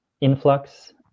influx